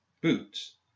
boots